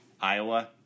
Iowa